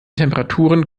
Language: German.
temperaturen